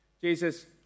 Jesus